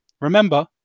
remember